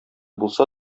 булса